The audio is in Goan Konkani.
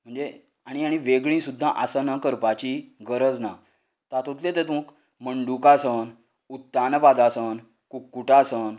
म्हणजे आनी आनी वेगळी सुद्दां आसनां करपाची गरज ना तातूंतले तातूंत मंडुकासन उत्ताणपादासन कुंक्कुटासन